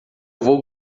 vou